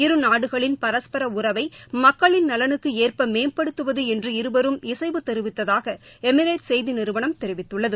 இரு நாடுகளின் பரஸ்டரஉறவைமக்களின் நலனுக்குஏற்பமேம்படுத்துவதுஎன்று இருவரும் இசைவு தெரிவித்ததாகளமிரேட்ஸ் செய்திநிறுவனம் தெரிவித்துள்ளது